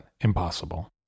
impossible